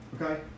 Okay